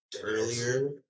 earlier